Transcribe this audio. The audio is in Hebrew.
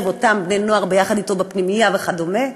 אותם בני-נוער אתו בפנימייה וכדומה.